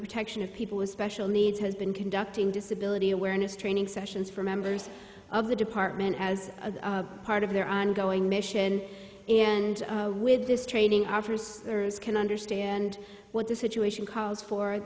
protection of people with special needs has been conducting disability awareness training sessions for members of the department as a part of their ongoing mission and with this training our first can understand what the situation calls for